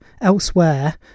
elsewhere